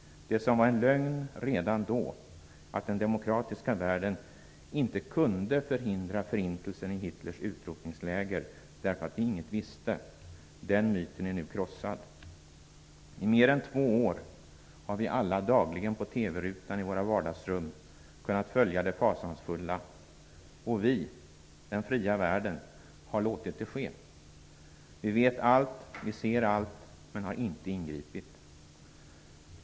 Det var en lögn redan då att den demokratiska världen inte kunde förhindra förintelsen i Hitlers utrotningsläger, därför att den inget visste -- den myten är nu krossad. I mer än två år har vi alla dagligen via TV-rutan i våra vardagsrum kunnat följa det fasansfulla. Och vi, den fria världen, har låtit det ske. Vi vet allt, vi ser allt, men vi har inte ingripit.